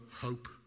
hope